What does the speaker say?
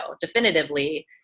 definitively